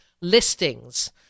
listings